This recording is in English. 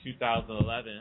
2011